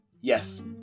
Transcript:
yes